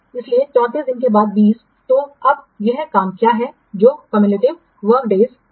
इसलिए 34 दिनों के बाद 20तो अब यह काम क्या है जो क्यूमयूलेटिव वर्क डेज है